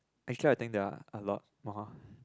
actually I think they are a lot more